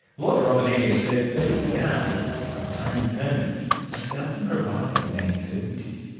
lawyer robyn ayres says that even when artists obtain permits, that doesn't provide them with any certainty.